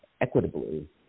equitably